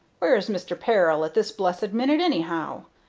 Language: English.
where is mister peril at this blessed minute, anyhow?